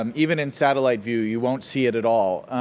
um even in satellite view. you won't see it at all.